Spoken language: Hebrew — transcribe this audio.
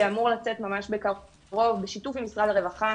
שאמור לצאת ממש בקרוב בשיתוף עם משרד הרווחה,